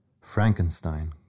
Frankenstein